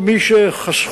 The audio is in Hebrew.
כל מי שחסכו,